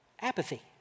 apathy